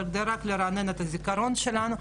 אבל זה רק לרענן את הזיכרון שלנו.